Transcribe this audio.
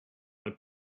would